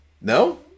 No